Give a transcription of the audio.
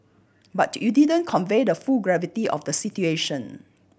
but you didn't convey the full gravity of the situation